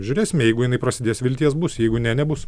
žiūrėsime jeigu jinai prasidės vilties bus jeigu nebus